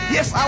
Yes